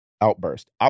Outburst